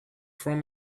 from